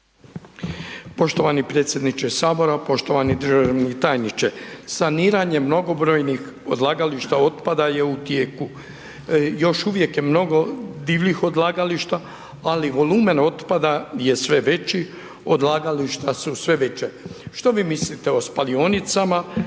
Poštovani predsjedniče Sabora, poštovani državni tajniče. Saniranjem mnogobrojnih odlagališta otpada je u tijeku. Još uvijek je mnogo divljih odlagališta ali volumen otpada je sve veći, odlagališta su sve veća. Što vi mislite o spalionicama,